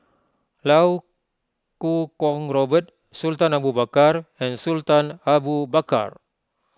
Iau Kuo Kwong Robert Sultan Abu Bakar and Sultan Abu Bakar